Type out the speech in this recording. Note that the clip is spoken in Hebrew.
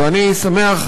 ואני שמח,